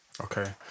Okay